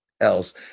else